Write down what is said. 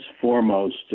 foremost